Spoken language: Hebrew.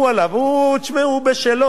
לא יקבל מה שהוא רוצה, לא יהיה.